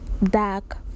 Dark